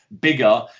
bigger